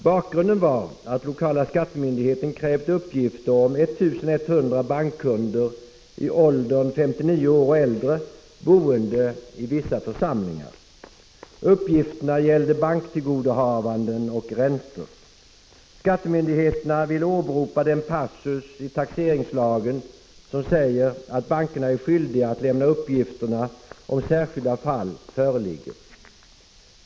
Bakgrunden var att lokala skattemyndigheten hade krävt att få uppgifter om 1100 bankkunder i åldern 59 år och äldre och boende i vissa församlingar. Uppgifterna gällde banktillgodohavanden och räntor. Skattemyndigheterna ville åberopa den passus i taxeringslagen enligt vilken bankerna är skyldiga att lämna uppgifterna om särskilda fall föreligger.